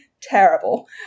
terrible